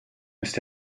ist